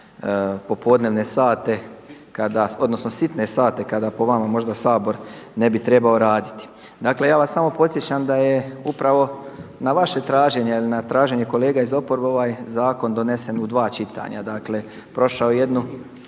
popodnevne sate kada, odnosno sitne sate, kada po vama možda Sabor ne bi trebao raditi. Dakle, ja vas samo podsjećam da je upravo na vaše traženje ili na traženje kolega iz oporbe ovaj zakon donesen u dva čitanja. Dakle prošao je